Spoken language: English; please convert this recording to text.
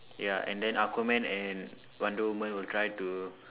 ya and then Aquaman and wonder women will try to